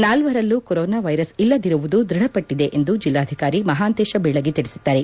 ನಾಲ್ವರಲ್ಲೂ corona virus ಇಲ್ಲದಿರುವುದು ದೃಢಪಟ್ಟದೆ ಎಂದು ಜಿಲ್ಲಾಧಿಕಾರಿ ಮಹಾಂತೇಶ ಬೀಳಗಿ ತಿಳಿಸಿದ್ದಾರೆ